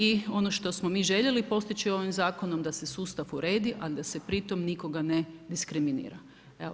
I ono što smo mi željeli postići ovim zakonom, da se sustav uredi, a da se pri tom nikoga ne diskriminira.